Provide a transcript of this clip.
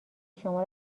شما